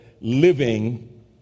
living